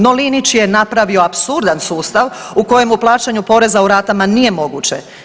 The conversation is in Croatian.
No, Linić je napravio apsurdan sustav u kojemu plaćanje poreza u ratama nije moguće.